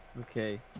okay